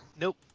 Nope